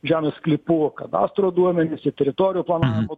žemės sklypų kadastro duomenis į teritorijų planavimo